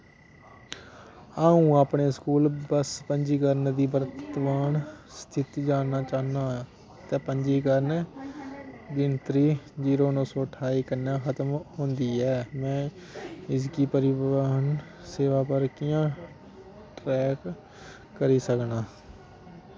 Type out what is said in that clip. अ'ऊं अपने school bus पंजीकरण दी वर्तमान स्थिति जानना चाह्न्नां ऐं ते पंजीकरण गिनतरी जीरो नौ सौ ठाई कन्नै खत्म होंदी ऐ में इसगी परिवाहन सेवा पर कि'यां ट्रैक करी सकना